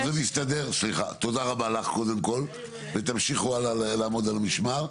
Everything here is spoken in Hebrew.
תודה רבה לך קודם כל ותמשיכו הלאה לעמוד על המשמר.